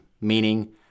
meaning